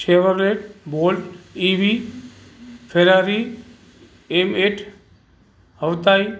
Chevrolet Bolt E V Ferrari M eight हवताई